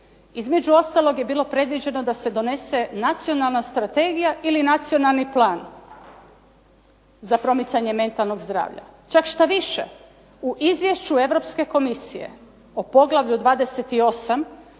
Između ostalog je bilo predviđeno da se donese nacionalna strategija ili nacionalni plan za promicanje mentalnog zdravlja. Čak štoviše, u izvješću Europske Komisije o poglavlju 28.